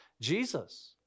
Jesus